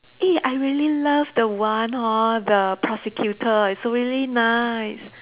eh I really love the one hor the prosecutor it's really nice